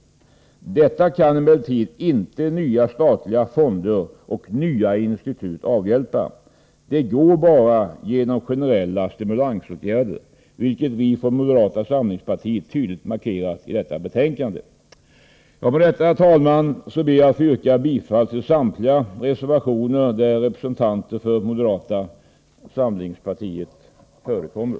Detta kan emellertid inte nya statliga fonder och nya institut avhjälpa. Läget förbättras bara genom generella stimulansåtgärder, vilket vi i moderata samlingspartiet tydligt har markerat i detta betänkande. Herr talman! Med detta ber jag att få yrka bifall till samtliga reservationer där representanter för moderata samlingspartiet förekommer.